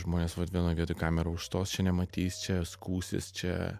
žmonės vat vienoj vietoj kamera užstos čia nematys čia skųsis čia